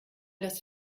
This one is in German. das